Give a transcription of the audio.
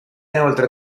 inoltre